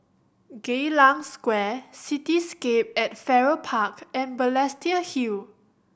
Geylang Square Cityscape at Farrer Park and Balestier Hill